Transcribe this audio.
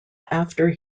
after